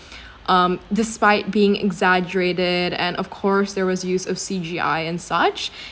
ppb) um despite being exaggerated and of course there was use of C_G_I and such